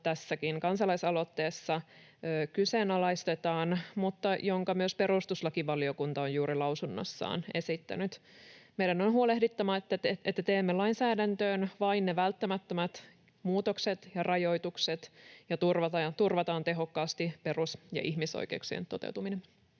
tässä kansalaisaloitteessakin kyseenalaistetaan mutta jonka myös perustuslakivaliokunta on juuri lausunnossaan esittänyt. Meidän on huolehdittava, että teemme lainsäädäntöön vain välttämättömät muutokset ja rajoitukset ja perus‑ ja ihmisoikeuksien toteutuminen